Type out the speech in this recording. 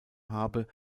habe